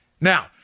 now